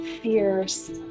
fierce